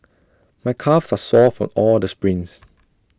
my calves are sore for all the sprints